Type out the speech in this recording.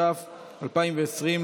התש"ף 2020,